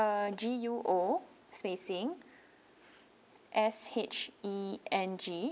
uh G U O spacing S H E N G